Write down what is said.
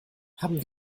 haben